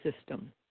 system